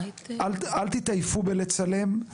אל תתעייפו בלצלם,